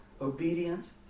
obedience